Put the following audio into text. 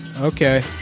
Okay